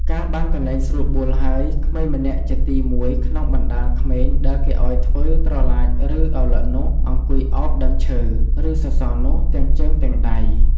កាលបានកន្លែងស្រួលបួលហើយ ក្មេងម្នាក់ជាទី១ ក្នុងបណ្តាលក្មេង ដែលគេឲ្យធ្វើត្រឡាច ឬ ឪឡឹកនោះ អង្គុយឱបដើមឈើ ឬសសរនោះទាំងជើងទាំងដៃ។